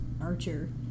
Archer